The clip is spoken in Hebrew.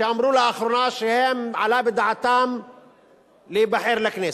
שאמרו לאחרונה שעלה בדעתם להיבחר לכנסת,